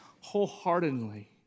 wholeheartedly